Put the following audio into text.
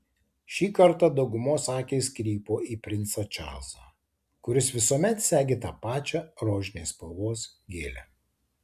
šį kartą daugumos akys krypo į princą čarlzą kuris visuomet segi tą pačią rožinės spalvos gėlę